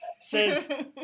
says